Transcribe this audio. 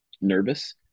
nervous